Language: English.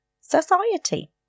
society